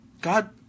God